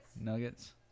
Nuggets